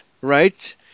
right